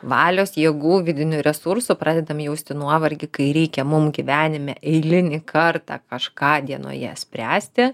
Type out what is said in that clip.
valios jėgų vidinių resursų pradedam jausti nuovargį kai reikia mum gyvenime eilinį kartą kažką dienoje spręsti